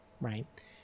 right